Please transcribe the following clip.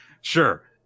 sure